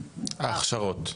ההכשרות.